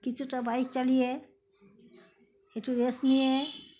কিছুটা বাইক চালিয়ে একটু রেস্ট নিয়ে